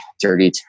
dirty